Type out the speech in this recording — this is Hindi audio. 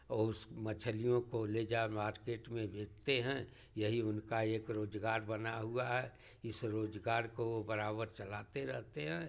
और उस मछलियों को ले जा मार्केट में बेचते हैं यही उनका एक रोज़गार बना हुआ है इस रोज़गार को वए बराबर चलाते रहते हैं